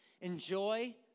enjoy